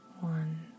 one